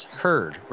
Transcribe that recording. heard